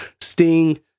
Sting